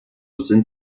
sind